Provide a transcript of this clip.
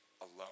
alone